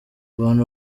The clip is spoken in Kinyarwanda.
abantu